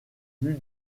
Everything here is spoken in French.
plus